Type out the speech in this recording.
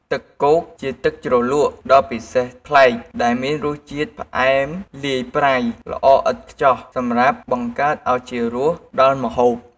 ទឹកគោកជាទឹកជ្រលក់ដ៏ពិសេសប្លែក ដែលមានរសជាតិផ្អែមលាយប្រៃ ល្អឥតខ្ចោះសម្រាប់បង្កើនឱជារសដល់ម្ហូប។